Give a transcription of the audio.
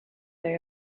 they